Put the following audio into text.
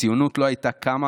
הציונות לא הייתה קמה,